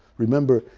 remember,